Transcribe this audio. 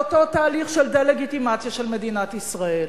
על אותו תהליך של דה-לגיטימציה של מדינת ישראל.